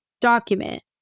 document